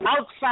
outside